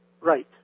Right